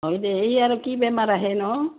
হয় দে এই আৰু কি বেমাৰ আহে ন